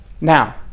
now